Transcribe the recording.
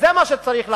זה מה שצריך לעשות.